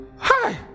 Hi